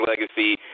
Legacy